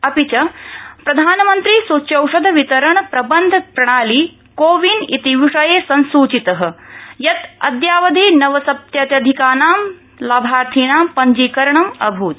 अपि च प्रधानमन्त्री सूच्यौषध वितरण प्रबन्धन प्रणाली कोविन इति विषये संसूचितः अद्यावधि नवसप्तत्यधिकानां लाभार्थिनां पंजीकरणं अभूत्